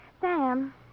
Sam